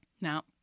Now